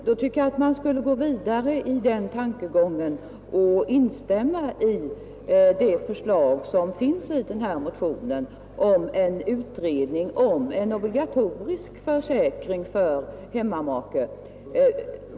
Då tycker jag man skulle gå vidare i den tankegången och instämma i det förslag som finns i motionen om en utredning om obligatorisk försäkring för hemmamake.